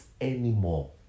anymore